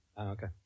Okay